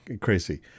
crazy